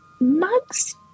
Mugs